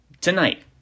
Tonight